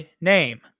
name